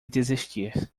desistir